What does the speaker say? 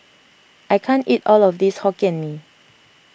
I can't eat all of this Hokkien Mee